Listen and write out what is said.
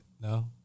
no